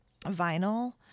vinyl